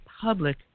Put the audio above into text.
public